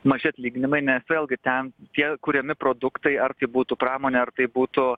maži atlyginimai nes vėlgi ten tie kuriami produktai ar tai būtų pramonė ar tai būtų